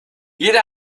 jeder